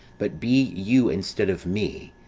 but be you instead of me,